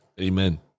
Amen